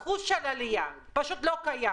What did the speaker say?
אפילו אחוז של עלייה, זה פשוט לא קיים.